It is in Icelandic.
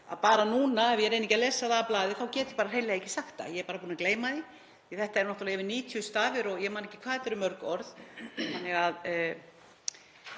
Bara núna ef ég reyni ekki að lesa þetta af blaði þá get ég hreinlega ekki sagt það. Ég er bara búin að gleyma því þar sem þetta eru náttúrlega yfir 90 stafir og ég man ekki hvað mörg orð. Þannig að